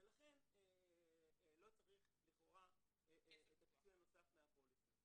ולכן לא צריך לכאורה את הפיצוי הנוסף מהפוליסה.